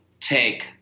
take